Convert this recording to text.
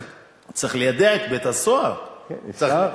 צריך ליידע את בית-הסוהר, כן, אפשר.